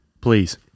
please